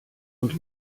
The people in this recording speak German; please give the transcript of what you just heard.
und